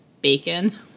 bacon